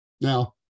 Now